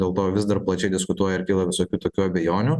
dėl to vis dar plačiai diskutuoja ir kyla visokių tokių abejonių